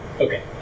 Okay